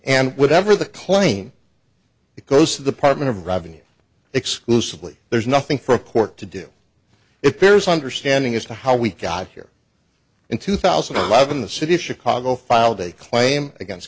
and whatever the claim it goes to the partner of driving exclusively there's nothing for a court to do it bears understanding as to how we got here in two thousand and five in the city of chicago filed a claim against